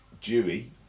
Dewey